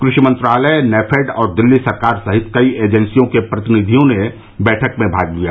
कृषि मंत्रालय नेफेड और दिल्ली सरकार सहित कई एजेंसियों के प्रतिनिधियों ने बैठक में भाग लिया